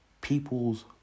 people's